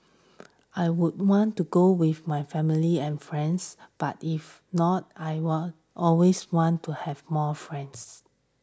I would want to go with my family and friends but if not I will always want to have more friends